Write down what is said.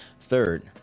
Third